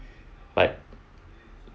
like